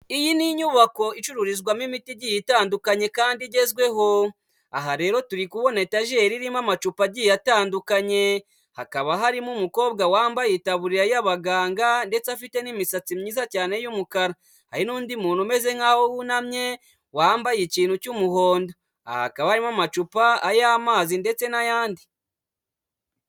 Iyi ni inyubako icururizwamo imiti igiye itandukanye kandi igezweho. Aha rero turi kubona etajiri irimo amacupa agiye atandukanye, hakaba harimo umukobwa wambaye itaburiya y'abaganga ndetse afite n'imisatsi myiza cyane y'umukara, hari n'undi muntu umeze nk'aho wunamye wambaye ikintu cy'umuhondo. Aha hakaba harimo amacupa, ay'amazi ndetse n'ayandi.